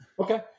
Okay